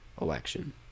Election